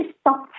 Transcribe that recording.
stop